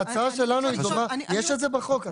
ההצעה שלנו, יש את זה בחוק.